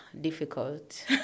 difficult